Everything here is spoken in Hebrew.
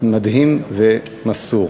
מדהים ומסור.